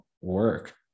work